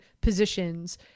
positions